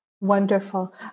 Wonderful